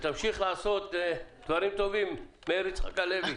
שתמשיך לעשות דברים טובים, מאיר יצחק הלוי.